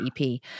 EP